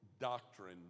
doctrine